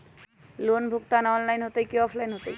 Loan भुगतान online होतई कि ऑफलाइन होतई?